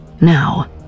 Now